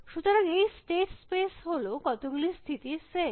সুতরাং এই state space হল কত গুলি স্থিতির সেট